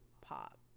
Pop